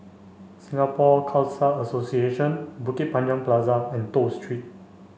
Singapore Khalsa Association Bukit Panjang Plaza and Toh Street